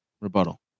Rebuttal